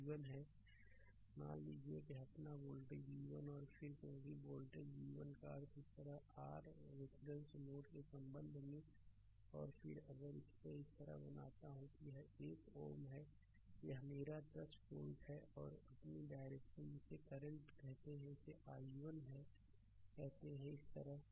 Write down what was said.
slide समय देखें 2137 मान लीजिए कि यह अपना वोल्टेज v1 है और फिर क्योंकि वोल्टेज v1 का अर्थ है इस आर रिफरेंस नोड के संबंध में और फिर अगर मैं इसे इस तरह बनाता हूं तो यह 1 Ω है यह मेरा 10 वोल्ट है और अपनी डायरेक्शन जिसे करंट कहते हैं इसे i1 कहते हैं इस तरह